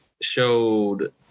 showed